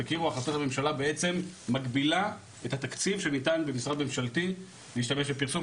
החלטת הממשלה בעצם מגבילה את התקציב שניתן במשרד ממשלתי להשתמש לפרסום.